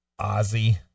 Ozzy